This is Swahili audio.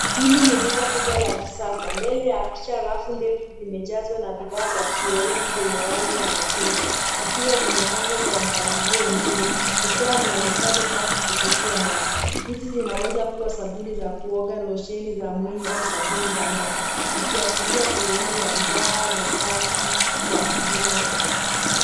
Hili ni duka kubwa la kisasa. Mbele ya picha rafu ndefu zimejazwa na bidhaa za kiowevu zenye rangi ya machungwa zikiwa zimepangwa kwa mpangilio mzuri kutoa mwonekano safi kuvutia macho. Hizi zinaweza kuwa sabuni za kuoga, losheni za mwili au sabuni za maji zikiashiria sehemu ya bidhaa za safi wa kibinafsi.